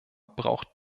braucht